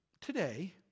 today